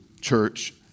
church